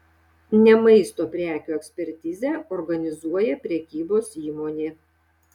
ne maisto prekių ekspertizę organizuoja prekybos įmonė